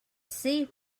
see